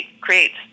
creates